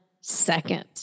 second